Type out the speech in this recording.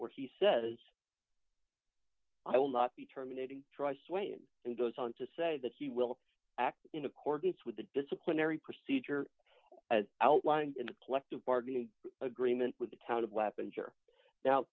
where he says i will not be terminating trysts wayne and goes on to say that he will act in accordance with the disciplinary procedure as outlined in the collective bargaining agreement with the town of weapons or now